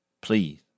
please